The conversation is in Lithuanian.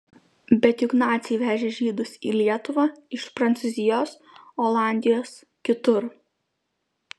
bet juk naciai vežė žydus į lietuvą iš prancūzijos olandijos kitur